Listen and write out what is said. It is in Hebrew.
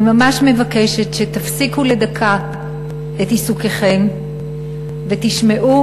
אני ממש מבקשת שתפסיקו לדקה את עיסוקיכם ותשמעו